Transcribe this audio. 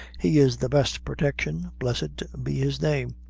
he is the best protection, blessed be his name!